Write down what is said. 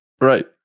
Right